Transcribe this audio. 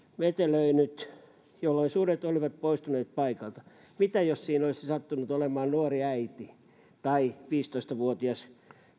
metelöinyt jolloin sudet olivat poistuneet paikalta mitä jos siinä olisi sattunut olemaan nuori äiti tai viisitoista vuotias